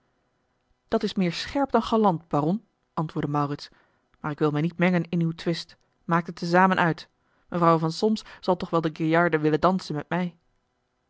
dat is meer scherp dan galant baron antwoordde maurits maar ik wil mij niet mengen in uw twist maakt het te zamen uit mevrouwe van solms zal toch wel de gaillarde willen dansen met mij